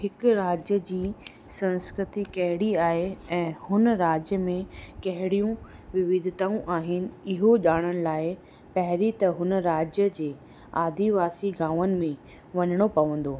हिकु राज्य जी संस्कृति कहिड़ी आहे ऐं हुन राज्य में कहिड़ियूं विविधिताऊं आहिनि इहो ॼाणण लाइ पहिरीं त हुन राज्य जी आदिवासी गांवनि में वञिणो पवंदो